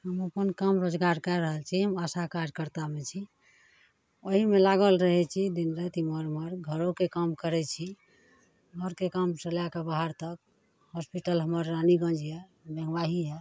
हम अपन काम रोजगार कै रहल छी आशा कार्यकर्तामे छी ओहिमे लागल रहै छी दिनराति एमहर ओमहर घरोके काम करै छी घरके काम छोड़लाके बाहर तक हॉसपिटल हमर रानीगञ्ज यऽ मेनुआही